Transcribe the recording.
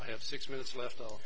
i have six minutes left all